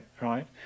right